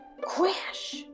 Crash